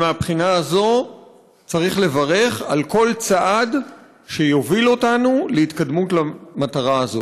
מהבחינה הזאת צריך לברך על כל צעד שיוביל אותנו להתקדמות למטרה הזאת.